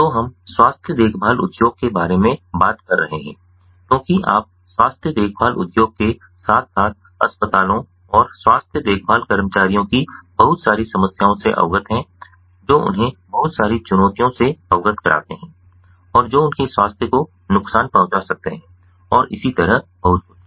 तो हम स्वास्थ्य देखभाल उद्योग के बारे में बात कर रहे हैं क्योंकि आप स्वास्थ्य देखभाल उद्योग के साथ साथ अस्पतालों और स्वास्थ्य देखभाल कर्मचारियों कि बहुत सारी समस्याओं से अवगत हैं जो उन्हें बहुत सारी चुनौतियों से अवगत कराते हैं और जो उनके स्वास्थ्य को नुकसान पहुंचा सकते हैं और इसी तरह बहुत कुछ